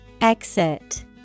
Exit